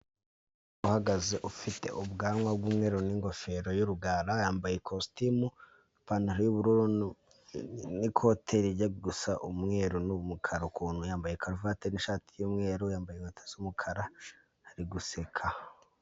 Uhagaze ufite ubwanwa bw'umweru n'ingofero y'urugara yambaye ikositimu, ipantaro y'ubururu n'ikote rijya gusa umweru n'umukara ukuntu, yambaye karuvati, ishati y'umweru, yambaye inkweto z'umukara ari guseka.